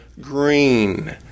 green